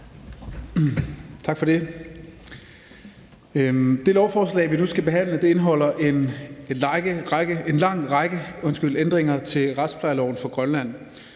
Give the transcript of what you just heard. Tak for det. Det lovforslag, vi nu skal behandle, indeholder en lang række ændringer til retsplejeloven for Grønland.